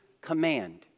command